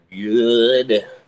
good